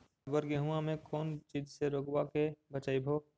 अबर गेहुमा मे कौन चीज के से रोग्बा के बचयभो?